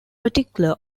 particular